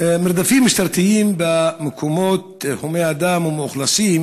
מרדפים משטרתיים במקומות הומי אדם או מאוכלסים